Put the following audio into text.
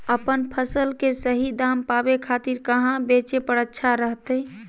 अपन फसल के सही दाम पावे खातिर कहां बेचे पर अच्छा रहतय?